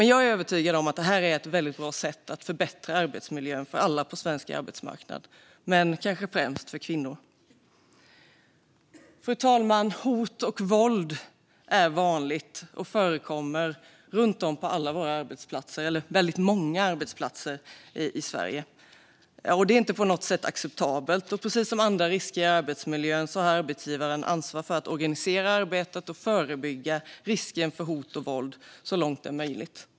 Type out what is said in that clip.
Jag är övertygad om att det här är ett väldigt bra sätt att förbättra arbetsmiljön för alla på svensk arbetsmarknad, men kanske främst för kvinnor. Fru talman! Hot och våld är vanligt förekommande på väldigt många arbetsplatser runt om i Sverige. Det är inte på något sätt acceptabelt. Precis som när det gäller andra risker i arbetsmiljön har arbetsgivaren ansvar för att organisera arbetet och förebygga risker för hot och våld så långt det är möjligt.